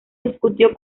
discutió